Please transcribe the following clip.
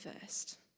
first